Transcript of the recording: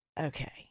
okay